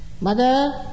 Mother